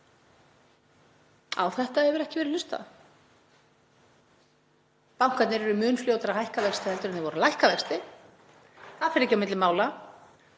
Á þetta hefur ekki verið hlustað. Bankarnir eru mun fljótari að hækka vexti en þeir voru að lækka vexti, það fer ekki á milli mála.